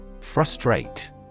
Frustrate